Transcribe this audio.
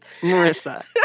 Marissa